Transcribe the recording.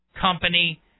company